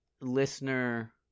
listener